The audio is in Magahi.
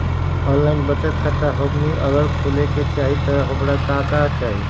ऑनलाइन बचत खाता हमनी अगर खोले के चाहि त हमरा का का चाहि?